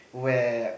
where